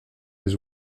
les